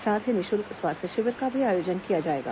साथ ही निःशुल्क स्वास्थ्य शिविर का भी आयोजन किया जाएगा